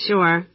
Sure